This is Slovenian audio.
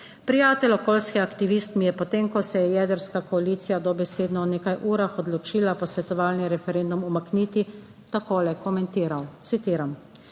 Prijatelj, okoljski aktivist, mi je potem, ko se je jedrska koalicija dobesedno v nekaj urah odločila posvetovalni referendum umakniti, takole komentiral, citiram: